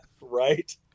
right